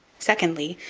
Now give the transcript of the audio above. secondly,